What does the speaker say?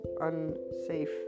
unsafe